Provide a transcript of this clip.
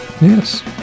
Yes